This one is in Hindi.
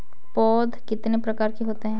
पौध कितने प्रकार की होती हैं?